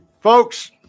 folks